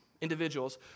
individuals